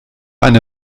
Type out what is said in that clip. eine